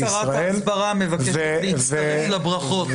גם שרת ההסברה מבקשת להצטרף לברכות.